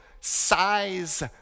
size